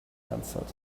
answered